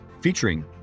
featuring